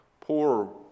poor